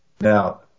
Now